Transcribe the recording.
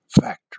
factor